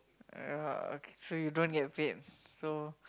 ya okay so you don't get paid so